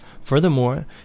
furthermore